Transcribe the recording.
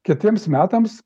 kitiems metams